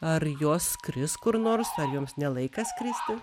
ar jos skris kur nors ar jums ne laikas skristi